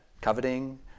coveting